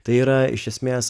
tai yra iš esmės